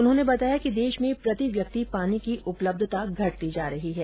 उन्होंने बताया कि देष में प्रति व्यक्ति पानी की उपलब्धता घटती जा रही है